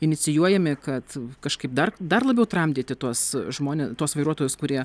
inicijuojami kad kažkaip dar dar labiau tramdyti tuos žmone tuos vairuotojus kurie